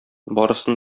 барысын